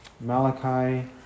Malachi